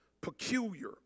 peculiar